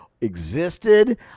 existed